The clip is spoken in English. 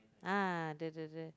ah the the the